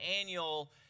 annual